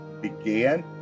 began